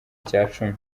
icyacumi